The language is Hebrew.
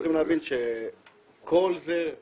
אתם צריכים להבין שכל זה זה